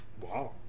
Wow